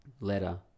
letter